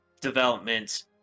development